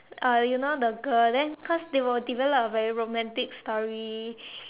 uh you know the girl then cause they will develop a very romantic story